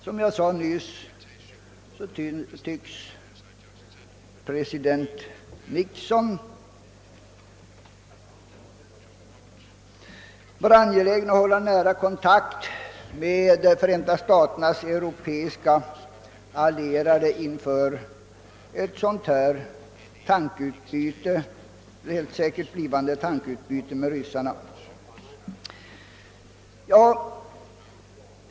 Som jag nyss sade tycks president Nixon vara angelägen att hålla nära kontakt med Förenta staternas europeiska allierade inför ett sådant helt säkert givande tankeutbyte med ryssarna. Herr talman!